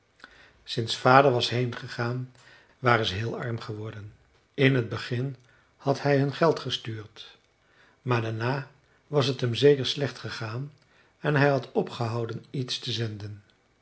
sinds vader was heengegaan waren ze heel arm geworden in t begin had hij hun geld gestuurd maar daarna was t hem zeker slecht gegaan en hij had opgehouden iets te zenden